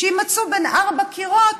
שיימצאו בין ארבעה קירות